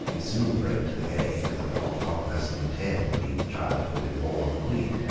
he soon wrote to the hague that not one person in ten believed the child to have been born of the queen.